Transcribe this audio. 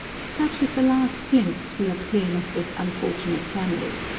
such is the last glimpse we obtain of this un fortunate family.